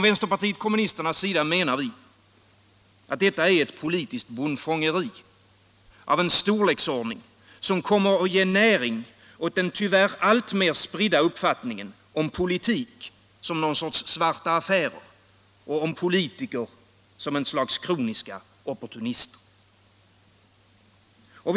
Vi från vpk menar att detta är ett politiskt bondfångeri av en storleksordning, som kommer att ge näring åt den tyvärr alltmer spridda uppfattningen om politik som svarta affärer och om politiker som kroniska opportunister.